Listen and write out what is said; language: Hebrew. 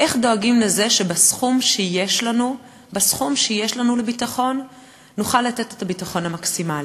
איך דואגים לזה שבסכום שיש לנו לביטחון נוכל לתת את הביטחון המקסימלי.